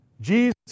Jesus